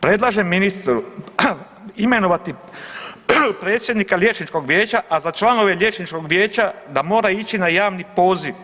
Predlažem ministru imenovati predsjednika liječničkog vijeća, a za članove liječničkog vijeća da mora ići na javni poziv.